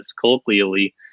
colloquially